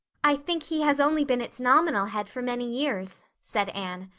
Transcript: i think he has only been its nominal head for many years, said anne.